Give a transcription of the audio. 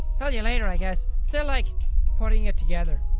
tell you later i guess. still like putting it together.